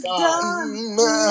done